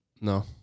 No